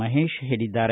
ಮಹೇಶ ಹೇಳಿದ್ದಾರೆ